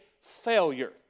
failure